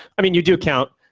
i mean, you do count.